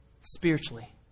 spiritually